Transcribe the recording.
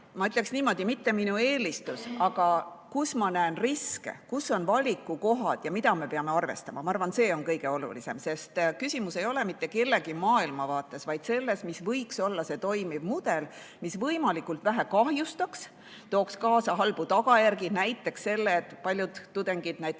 ma ütleksin niimoodi, et mitte minu eelistus, vaid ütlen selle, kus ma näen riske, kus on valikukohad ja mida me peame arvestama. Ma arvan, et see on kõige olulisem. Küsimus ei ole mitte kellegi maailmavaates, vaid selles, mis võiks olla see toimiv mudel, mis võimalikult vähe kahjustaks ja tooks kaasa [vähem] halbu tagajärgi, näiteks selle, et paljud tudengid tasulise